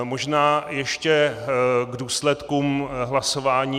Možná ještě k důsledkům hlasování.